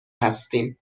هستیم